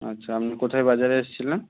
আচ্ছা আপনি কোথায় বাজারে এসেছিলেন